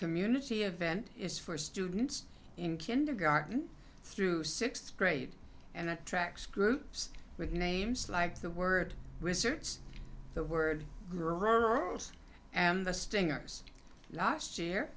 community event is for students in kindergarten through sixth grade and attracts groups with names like the word wizards the word girls and the